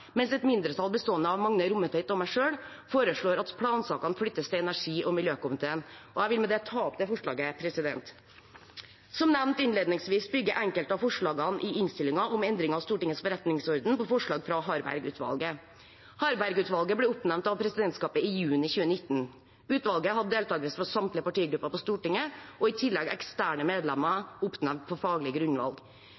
mens et mindretall bestående av Magne Rommetveit og meg selv foreslår at plansakene flyttes til energi- og miljøkomiteen. Jeg vil med dette ta opp de forslagene. Som nevnt innledningsvis bygger enkelte av forslagene i innstillingen om endringer i Stortingets forretningsorden på forslag fra Harberg-utvalget. Harberg-utvalget ble oppnevnt av presidentskapet i juni 2019. Utvalget hadde deltakelse fra samtlige partigrupper på Stortinget og i tillegg eksterne medlemmer